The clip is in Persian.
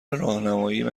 راهنماییم